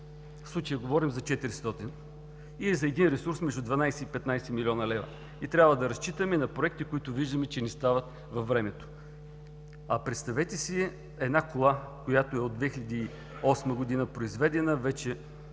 В случая говорим за 400 или за един ресурс между 12 и 15 млн. лв. и трябва да разчитаме на проекти, които виждаме, че не стават във времето. А представете си една кола, която е произведена 2008